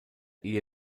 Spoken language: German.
ehe